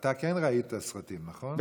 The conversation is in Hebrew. אתה כן ראית סרטים, נכון?